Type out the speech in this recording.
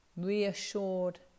reassured